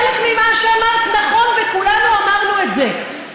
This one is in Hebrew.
חלק ממה שאמרת נכון וכולנו אמרנו את זה.